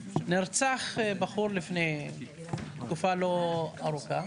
נרצח בחור לפני תקופה לא ארוכה,